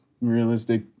realistic